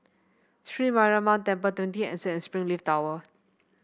Sri Mariamman Temple Twenty Anson and Springleaf Tower